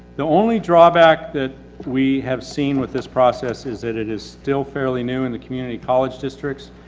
the only drawback that we have seen with this process is that it is still fairly new in the community college districts.